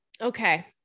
Okay